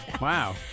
Wow